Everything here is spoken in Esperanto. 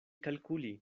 kalkuli